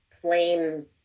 plain